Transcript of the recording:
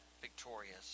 victorious